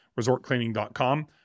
resortcleaning.com